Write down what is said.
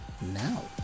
now